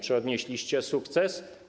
Czy odnieśliście sukces?